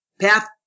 path